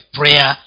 prayer